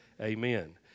amen